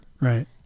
Right